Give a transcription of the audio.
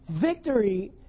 Victory